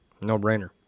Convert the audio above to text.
No-brainer